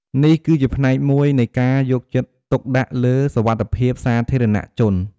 នេះគឺជាផ្នែកមួយនៃការយកចិត្តទុកដាក់លើសុវត្ថិភាពសាធារណៈជន។